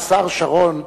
השר שרון,